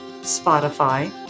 Spotify